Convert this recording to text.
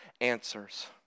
answers